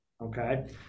okay